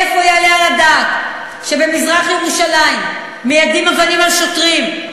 איך יעלה על הדעת שבמזרח-ירושלים מיידים אבנים על שוטרים,